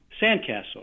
Sandcastle